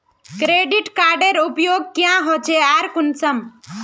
Credit कार्डेर उपयोग क्याँ होचे आर कुंसम?